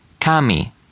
kami